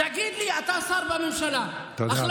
הממשלה והעומד בראשה והשר לביטחון לאומי.